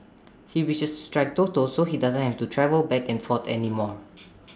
he wishes to strike Toto so he doesn't have to travel back and forth anymore